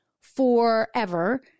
forever